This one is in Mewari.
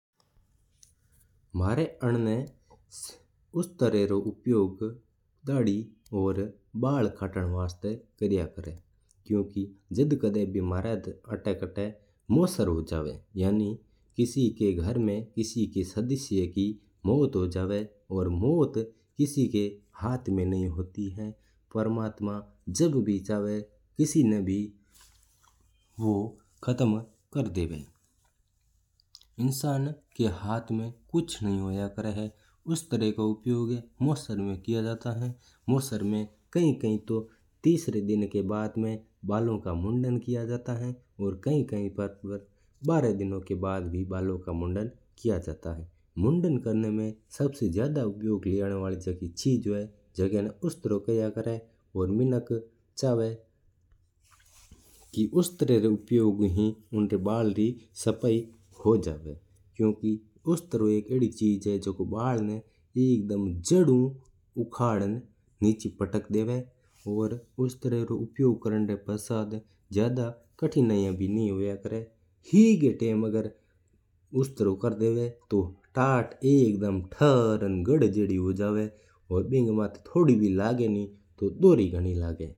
मान आता उस्तरा रा उपयोग दाड़ी और बाल कटण वास्ता उपयोग लिया करा है। जब कद भी मान आटा नासर हुं जब तो मान आटा उस्तरा रा उपयोग हुवा है। मोट हुवा जना इनो उपयोग हुवा है। आत्मा जब भी जाबा लगे तो बा की कोण देखाय देव है की काई हुं रियो है। इंसान री हाथ में की कोण हुवा है उस्तरा रा उपयोग नासर में किया जाता है। आ बाल हटवण वास्ता ही कम आया कर्र है जना भी बाल लंबा हुं जावा तो।